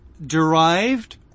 Derived